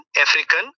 African